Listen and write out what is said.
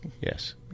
Yes